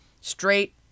straight